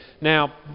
Now